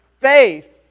faith